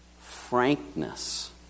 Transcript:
Frankness